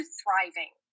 Thriving